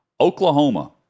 Oklahoma